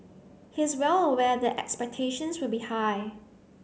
he is well aware that expectations will be high